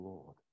Lord